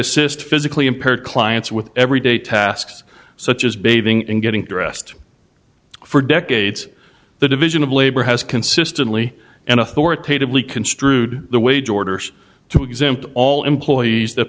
assist physically impaired clients with everyday tasks such as bathing and getting dressed for decades the division of labor has consistently and authoritatively construed the wage orders to exempt all employees that